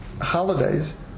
holidays